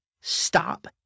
Stop